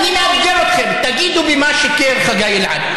אני מאתגר אתכם, תגידו במה שיקר חגי אלעד.